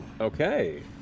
Okay